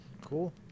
Cool